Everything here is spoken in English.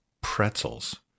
pretzels